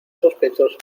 sospechoso